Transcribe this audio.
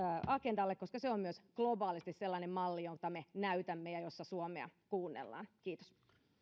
agendalle koska se on myös globaalisti sellainen malli jota me näytämme ja jossa suomea kuunnellaan kiitos